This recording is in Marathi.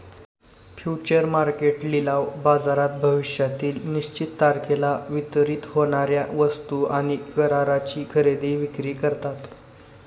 फ्युचर मार्केट लिलाव बाजारात भविष्यातील निश्चित तारखेला वितरित होणार्या वस्तू आणि कराराची खरेदी विक्री करतात